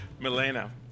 Milena